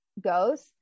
goes